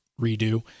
redo